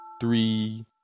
three